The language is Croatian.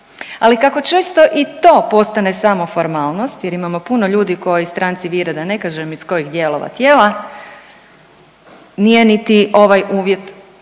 Ali kako često i to postane samo formalnosti jer imamo puno ljudi koji stranci vire da ne kažem iz kojih dijelova tijela, nije niti ovaj uvjet